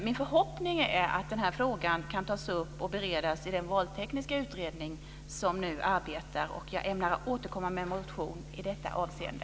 Min förhoppning är att denna fråga kan tas upp och beredas i den valtekniska utredning som nu arbetar. Jag ämnar återkomma med motion i detta avseende.